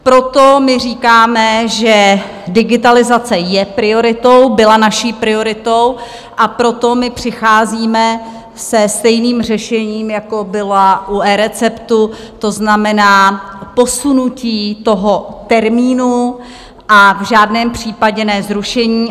Proto my říkáme, že digitalizace je prioritou, byla naší prioritou, a proto my přicházíme s stejným řešením, jako bylo u eReceptu, to znamená posunutí termínu, a v žádném případě ne zrušení.